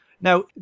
Now